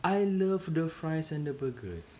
I love the fries and the burgers